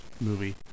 movie